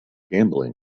gambling